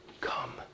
come